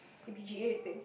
P_P_G_A thing